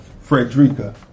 frederica